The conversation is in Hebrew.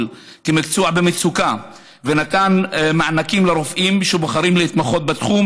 כמקצוע במצוקה ונתן מענקים לרופאים שבוחרים להתמחות בתחום,